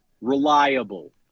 reliable